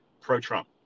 pro-Trump